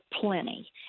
plenty